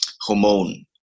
hormone